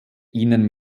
innen